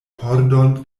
pordon